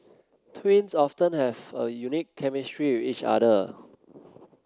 twins often have a unique chemistry with each other